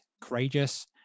courageous